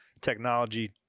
technology